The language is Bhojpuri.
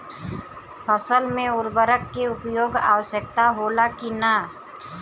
फसल में उर्वरक के उपयोग आवश्यक होला कि न?